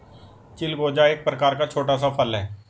चिलगोजा एक प्रकार का छोटा सा फल है